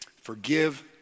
forgive